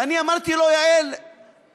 ואני אמרתי לו, ההפך,